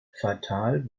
fatal